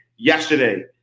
yesterday